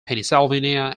pennsylvania